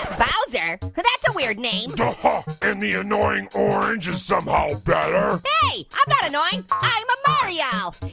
bowser? that's a weird name. and the annoying orange is somehow better? hey, i'm not annoying. i'm a mario.